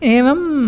एवम्